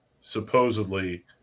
supposedly